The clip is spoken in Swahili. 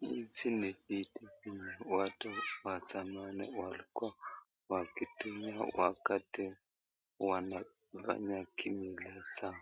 Hizi ni vitu zenye watu wa zamani walikuwa wakitumia wakati wanafanya kinga zao,